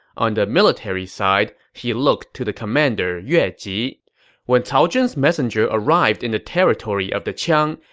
on the military side, he looked to the commander yue ji when cao zhen's messenger arrived in the territory of the qiang,